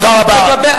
תודה רבה.